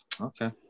Okay